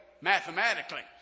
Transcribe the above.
mathematically